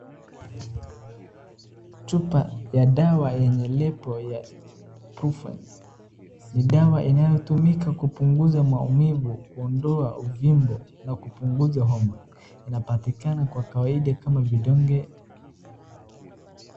Chupa ya dawa yenye lebo ya profen . Ni dawa inayotumika kupunguza maumivu, kuondoa uvimbo na kupunguza homa. Inapatikana kwa kawaida kama vidonge.